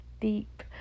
deep